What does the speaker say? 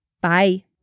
bye